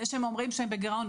זה שהם אומרים שהם בגירעון,